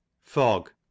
Fog